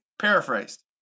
paraphrased